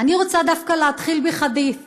אני רוצה דווקא להתחיל בחדית',